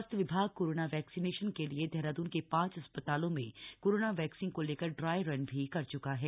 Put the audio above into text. स्वास्थ्य विभाग corona vaccination के लिए देहरादून के पांच अस्पतालों में कोरोना वैक्सीन को लेकर ड्राई रन भी कर च्का है